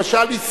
למשל,